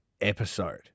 episode